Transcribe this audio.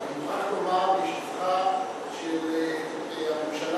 אבל אני מוכרח לומר, בשבחה של הממשלה